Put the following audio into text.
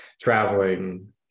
traveling